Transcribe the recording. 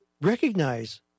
recognize